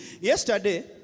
yesterday